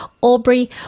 Aubrey